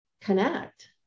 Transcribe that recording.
connect